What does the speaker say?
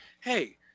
hey